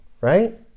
right